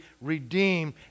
redeemed